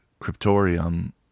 cryptorium